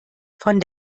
von